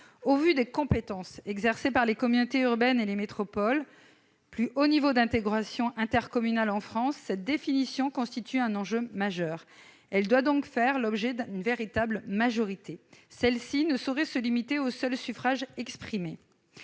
Au vu des compétences exercées par les communautés urbaines et les métropoles, plus haut niveau d'intégration intercommunale en France, cette définition constitue un enjeu majeur. Elle doit donc faire l'objet d'une véritable majorité, qui ne saurait se limiter aux seuls suffrages exprimés.